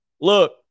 Look